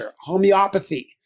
homeopathy